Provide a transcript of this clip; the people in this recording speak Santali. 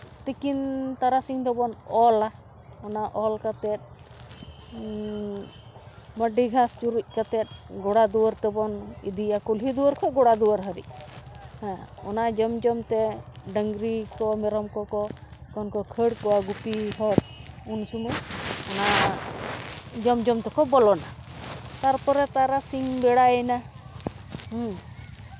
ᱛᱤᱠᱤᱱ ᱛᱟᱨᱟᱥᱤᱧ ᱫᱚᱵᱚᱱ ᱚᱞᱟ ᱚᱱᱟ ᱚᱞ ᱠᱟᱛᱮ ᱢᱟᱨᱰᱤ ᱜᱷᱟᱥ ᱪᱩᱨᱩᱡ ᱠᱟᱛᱮ ᱜᱚᱲᱟ ᱫᱩᱣᱟᱹᱨ ᱛᱮᱵᱚᱱ ᱤᱫᱤᱭᱟ ᱠᱩᱞᱦᱤ ᱫᱩᱣᱟᱹᱨ ᱠᱷᱚᱱ ᱜᱚᱲᱟ ᱫᱩᱣᱟᱹᱨ ᱦᱮᱸ ᱚᱱᱟ ᱡᱚᱢ ᱡᱚᱢ ᱛᱮ ᱰᱟᱝᱨᱤ ᱠᱚ ᱢᱮᱨᱚᱢ ᱠᱚᱠᱚ ᱡᱚᱠᱷᱚᱱ ᱠᱚ ᱠᱷᱟᱹᱲ ᱠᱚᱣᱟ ᱜᱩᱯᱤ ᱦᱚᱲ ᱩᱱ ᱥᱚᱢᱚᱭ ᱡᱚᱢ ᱡᱚᱢ ᱛᱮᱠᱚ ᱵᱚᱞᱚᱱᱟ ᱛᱟᱨᱯᱚᱨᱮ ᱛᱟᱨᱟᱥᱤᱧ ᱵᱮᱲᱟᱭᱮᱱᱟ ᱦᱮᱸ